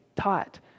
taught